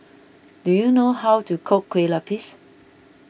do you know how to cook Kueh Lupis